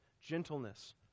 gentleness